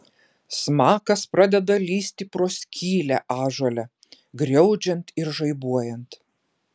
smakas pradeda lįsti pro skylę ąžuole griaudžiant ir žaibuojant